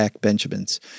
Benjamins